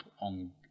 on